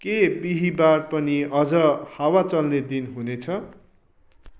के बिहिवार पनि अझ हावा चल्ने दिन हुनेछ